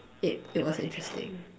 it it was interesting